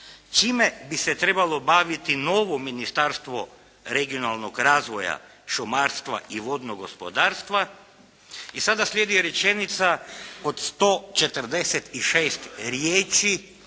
čime bi se trebalo baviti novo Ministarstvo regionalnog razvoja, šumarstva i vodnog gospodarstva i sada slijedi rečenica od 146 riječi,